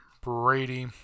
Brady